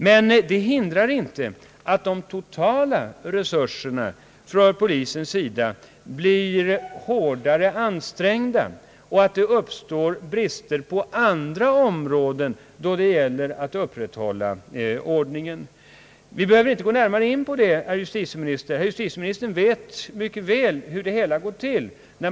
Men det hindrar inte att polisens totala resurser blir hårdare ansträngda och att det uppstår brister på andra områden när det gäller att upprätthålla ordningen. Vi behöver inte gå närmare in på detta, herr justitieminister. Justitieministern vet mycket väl hur det hela går till.